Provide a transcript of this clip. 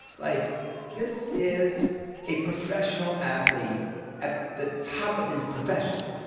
like this is a professional athlete at the top of his profession.